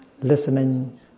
Listening